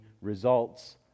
results